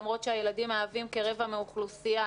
למרות שהילדים מהווים כרבע מהאוכלוסייה,